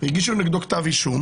הגישו נגדו כתב אישום